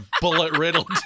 bullet-riddled